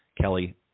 Kelly